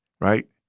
right